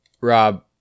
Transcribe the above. Rob